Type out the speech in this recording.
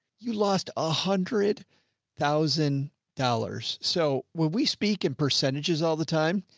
you lost a hundred thousand dollars. so when we speak in percentages all the time,